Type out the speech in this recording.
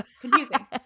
confusing